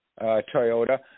Toyota